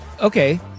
Okay